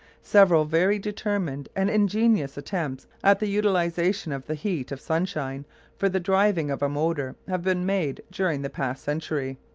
several very determined and ingenious attempts at the utilisation of the heat of sunshine for the driving of a motor have been made during the past century.